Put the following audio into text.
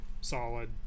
solid